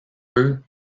eux